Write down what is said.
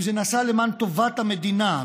אם זה נעשה למען טובת המדינה,